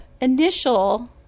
initial